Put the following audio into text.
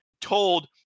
told